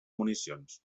municions